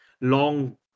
long